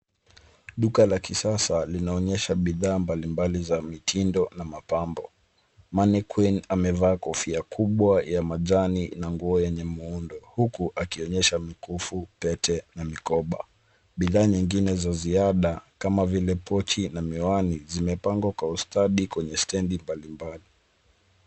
Duka la kisasa linaonyesha bidhaa mbalimbali za mitindo na mapambo. Mannequin amevaa kofia kubwa ya majani na nguo yenye muundo huku akionyesha mikufu, pete na mikoba. Bidhaa nyingine za ziada kama vile pochi na miwani zimepangwa kwa ustadi kwenye stendi mbalimbali.